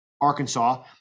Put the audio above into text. arkansas